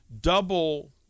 double